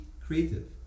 creative